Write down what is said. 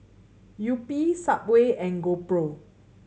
Yupi Subway and GoPro